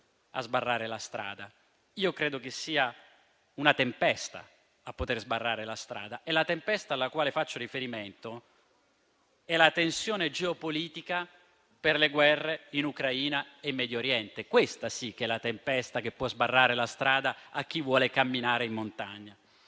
a sbarrare la strada, ma credo che sia una tempesta a poter sbarrare la strada. La tempesta alla quale faccio riferimento è la tensione geopolitica per le guerre in Ucraina e Medio Oriente: questa sì che è una tempesta che può sbarrare la strada a chi vuole camminare in montagna.